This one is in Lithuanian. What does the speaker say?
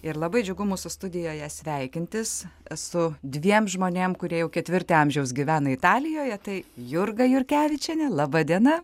ir labai džiugu mūsų studijoje sveikintis su dviem žmonėm kurie jau ketvirtį amžiaus gyvena italijoje tai jurga jurkevičienė laba diena